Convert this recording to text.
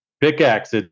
Pickaxe